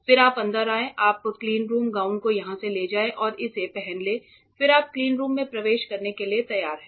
फिर आप अंदर आएं आप अपने क्लीनरूम गाउन को यहां से ले जाएं और इसे पहन लें फिर आप क्लीनरूम में प्रवेश करने के लिए तैयार हैं